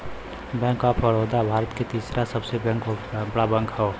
bank of Baroda Bharat के तीसरा सबसे बड़ा बैंक हौ